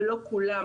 ולא כולם,